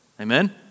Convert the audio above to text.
Amen